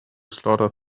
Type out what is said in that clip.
slaughter